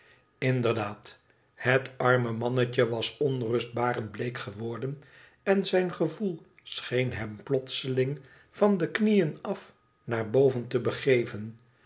inderdaad het arme mannetje was onrustbarend bleek geworden en zijn gevoel scheen hem plotseling van de knieën af naar boven te begeven